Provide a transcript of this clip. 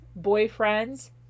boyfriends